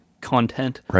content